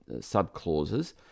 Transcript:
sub-clauses